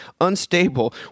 unstable